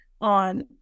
on